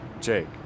Jake